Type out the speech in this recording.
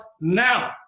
now